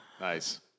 Nice